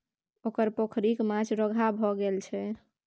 ओकर पोखरिक माछ रोगिहा भए गेल छै